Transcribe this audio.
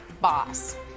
boss